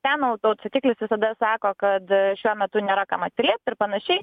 ten autoatsakiklis visada sako kad šiuo metu nėra kam atsiliepti ir panašiai